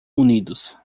unidos